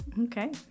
Okay